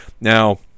Now